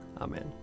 Amen